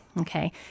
okay